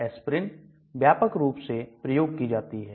Asprin व्यापक रूप से प्रयोग की जाती है